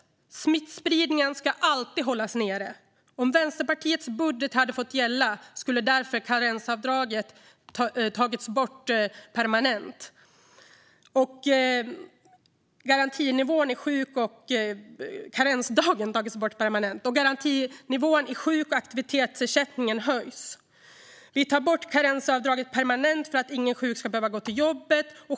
Smittspridningen ska alltid hållas nere. Om Vänsterpartiets budget hade fått gälla skulle därför karensavdraget tas bort permanent och garantinivån i sjuk och aktivitetsersättningen höjas. Vi tar bort karensavdraget permanent för att ingen sjuk ska behöva gå till jobbet.